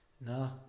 No